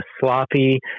sloppy